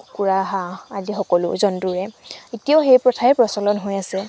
কুকুৰা হাঁহ আদি সকলো জন্তুৱে এতিয়াও সেই প্ৰথায়ে প্ৰচলন হৈ আছে